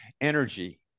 energy